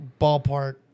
ballpark